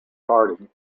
party